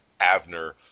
Avner